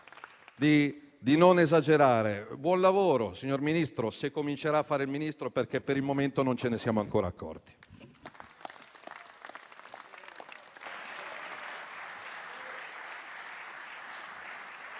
Buon lavoro, signor Ministro, se comincerà a fare il Ministro, perché per il momento non ce ne siamo ancora accorti.